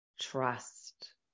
trust